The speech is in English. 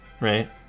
right